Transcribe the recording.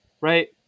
right